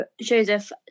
Joseph